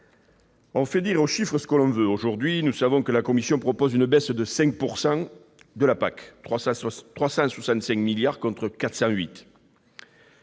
On fait dire aux chiffres ce que l'on veut. Aujourd'hui, nous savons que la Commission européenne propose une baisse de 5 % de la PAC : 365 milliards d'euros